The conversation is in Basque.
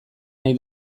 nahi